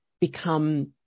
become